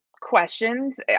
questions